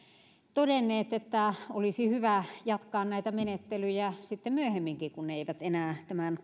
todenneet että olisi hyvä jatkaa näitä menettelyjä sitten myöhemminkin kun ne eivät enää tämän